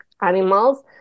animals